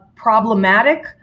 problematic